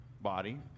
body